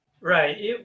Right